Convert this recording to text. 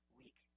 week